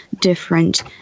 different